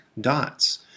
dots